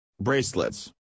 Bracelets